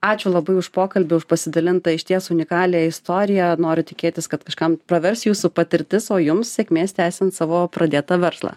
ačiū labai už pokalbį už pasidalintą išties unikalią istoriją noriu tikėtis kad kažkam pravers jūsų patirtis o jums sėkmės tęsiant savo pradėtą verslą